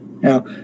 Now